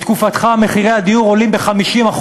בתקופתך מחירי הדיור עולים ב-50%.